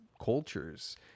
cultures